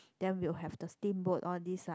then we'll have the steamboat all this lah